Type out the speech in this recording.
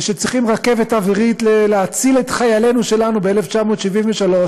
וכשצריכים רכבת אווירית להציל את חיילינו שלנו ב-1973,